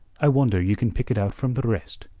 i wonder ye can pick it out from the rest.